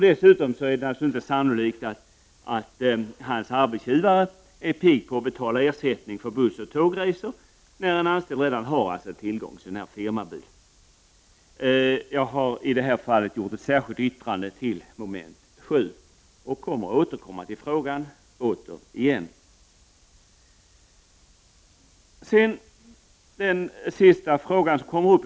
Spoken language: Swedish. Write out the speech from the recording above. Dessutom är det inte sannolikt att en arbetsgivare är pigg på att betala ersättning för bussoch tågresor, när en anställd redan har tillgång till firmabil. Jag har i detta sammanhang fogat ett särskilt yttrande till betänkandet med anledning av mom. 7 i utskottets hemställan och kommer att återkomma till denna fråga igen.